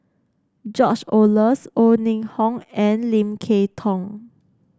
George Oehlers O Ning Hong and Lim Kay Tong